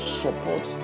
support